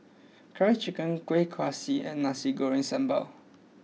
Curry Chicken Kueh Kaswi and Nasi Goreng Sambal